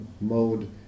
mode